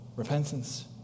repentance